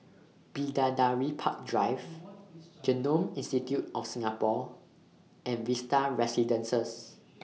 Bidadari Park Drive Genome Institute of Singapore and Vista Residences